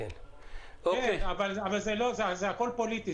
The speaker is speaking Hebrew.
הכול פוליטי.